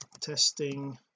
testing